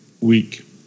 week